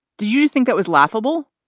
do you think it was laughable?